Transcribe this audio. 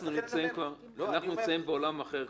אנחנו כבר נמצאים בעולם אחר.